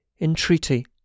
entreaty